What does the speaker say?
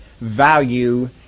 value